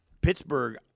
pittsburgh